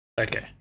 okay